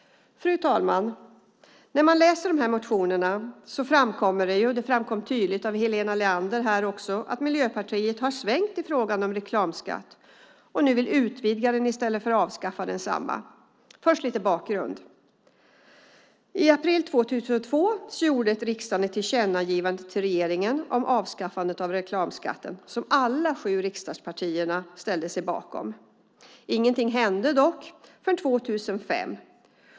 Fru talman! När man läser motionerna framkommer det - också av Helena Leanders anförande här framkom detta - att Miljöpartiet har svängt i frågan om reklamskatt och nu vill utvidga den skatten i stället för att avskaffa densamma. Först lite bakgrund: I april 2002 gjorde riksdagen ett tillkännagivande till regeringen om ett avskaffande av reklamskatten som alla sju riksdagspartierna ställde sig bakom. Ingenting hände dock förrän 2005.